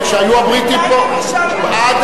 כשהיו הבריטים פה, עד